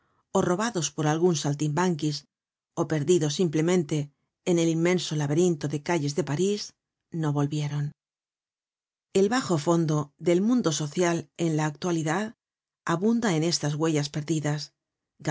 ó robados por algun saltimbanquis ó perdidos simplemente en el inmenso laberinto de calles de parís no volvieron el bajo fondo content from google book search generated at del mundo social en la actualidad abunda en estas huellas perdidas